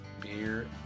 Beer